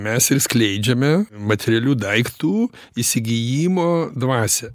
mes ir skleidžiame materialių daiktų įsigijimo dvasią